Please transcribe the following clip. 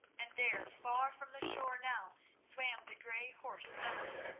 and there, far from the shore now, swam the grey horse steadily,